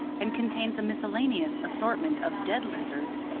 and contains a miscellaneous assortment of dead lizards,